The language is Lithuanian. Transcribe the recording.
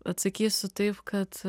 atsakysiu taip kad